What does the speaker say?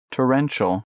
Torrential